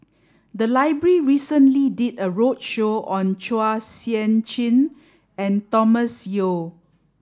the library recently did a roadshow on Chua Sian Chin and Thomas Yeo